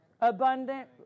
abundant